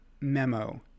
memo